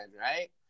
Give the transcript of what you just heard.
right